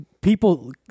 people